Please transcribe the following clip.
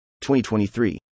2023